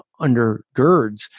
undergirds